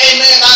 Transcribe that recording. Amen